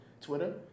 Twitter